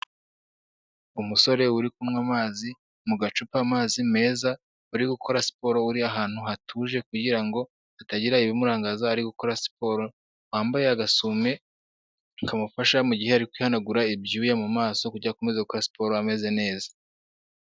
Umusore uri kunywa amazi mu gacupa amazi meza, uri gukora siporo, uri ahantu hatuje kugira ngo hatagira ibimurangaza ari gukora siporo, wambaye agasume kamufasha mu gihe ari kwihanagura ibyuya mu maso, kugira ngo akomeza gukora siporo ameze neza.